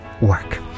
work